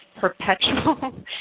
perpetual